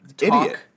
Idiot